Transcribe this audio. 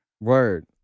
Word